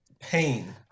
Pain